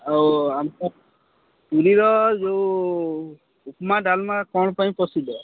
ଆଉ ଆମ ପୁରୀର ଯେଉଁ ଉପମା ଡାଲମା କ'ଣ ପାଇଁ ପ୍ରସିଦ୍ଧ